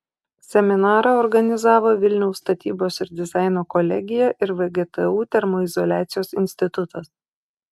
seminarą organizavo vilniaus statybos ir dizaino kolegija ir vgtu termoizoliacijos institutas